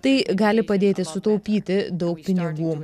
tai gali padėti sutaupyti daug pinigų